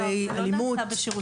לא.